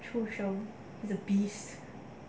畜生 the beast